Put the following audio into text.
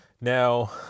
now